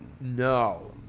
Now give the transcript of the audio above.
no